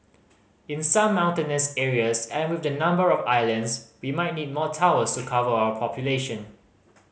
in some mountainous areas and with the number of islands we might need more towers to cover our population